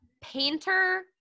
painter